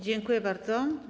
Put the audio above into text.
Dziękuję bardzo.